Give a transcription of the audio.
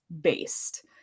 based